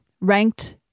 ranked